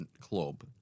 club